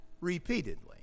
repeatedly